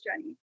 journey